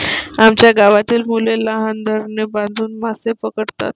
आमच्या गावातील मुले लहान धरणे बांधून मासे पकडतात